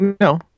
No